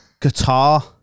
guitar